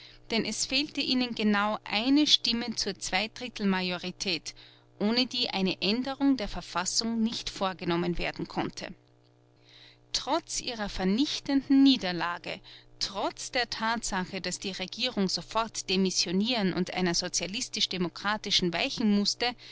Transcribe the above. denn es fehlte ihnen genau eine stimme zur zweidrittelmajorität ohne die eine aenderung der verfassung nicht vorgenommen werden konnte trotz ihrer vernichtenden niederlage trotz der tatsache daß die regierung sofort demissionieren und einer sozialistisch demokratischen weichen mußte